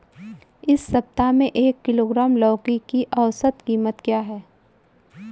इस सप्ताह में एक किलोग्राम लौकी की औसत कीमत क्या है?